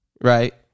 Right